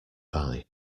buy